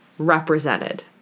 Represented